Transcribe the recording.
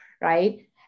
right